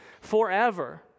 forever